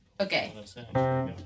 Okay